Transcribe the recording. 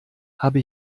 habe